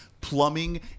Plumbing